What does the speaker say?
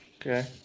Okay